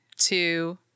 Two